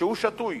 כשהוא שתוי